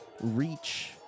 reach